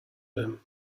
him